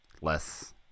less